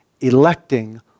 electing